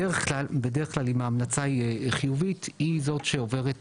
בדרך כלל אם ההמלצה היא חיובית היא זאת שעוברת